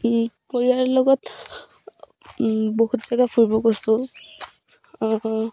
পৰিয়ালৰ লগত বহুত জেগা ফুৰিব গৈছোঁ